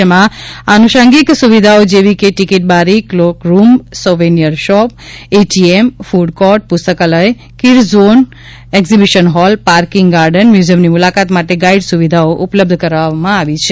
જેમાં આનુષાંગિક સુવિધાઓ જેવી કે ટિકિટ બારી cloakroom souvenir shop ATM food court પુસ્તકાલય kids zone conference hall exhibition hall parking garden મ્યુઝીયમની મુલાકાત માટે ગાઇડ સુવિધાઓ ઉપલબ્ધ કરવામાં આવેલી છે